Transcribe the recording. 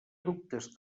dubtes